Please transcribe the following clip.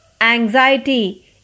anxiety